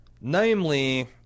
namely